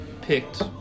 picked